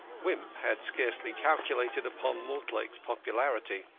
wimp had scarcely calculated upon mortlake's popularity.